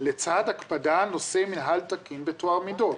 לצד הקפדה נושא מינהל תקין בטוהר מידות.